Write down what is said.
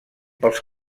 pels